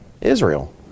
Israel